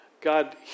God